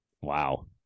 Wow